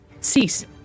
Cease